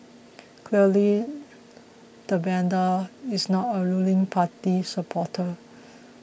clearly the vandal is not a ruling party supporter